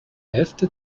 hälfte